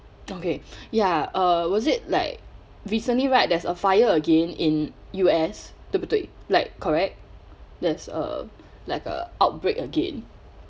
okay ya uh was it like recently right there's a fire again in U_S 对不对 like correct there's a like a outbreak again